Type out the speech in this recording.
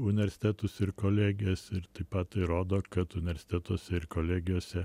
universitetus ir kolegijas ir taip pat tai rodo kad universitetuose ir kolegijose